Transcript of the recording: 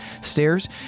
stairs